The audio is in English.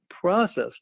process